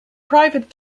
private